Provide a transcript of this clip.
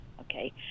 okay